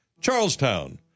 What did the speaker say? Charlestown